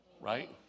Right